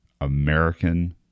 American